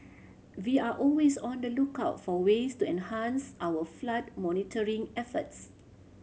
we are always on the lookout for ways to enhance our flood monitoring efforts